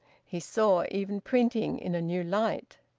he saw even printing in a new light.